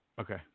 Okay